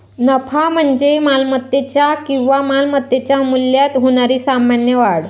नफा म्हणजे मालमत्तेच्या किंवा मालमत्तेच्या मूल्यात होणारी सामान्य वाढ